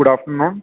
good afternoon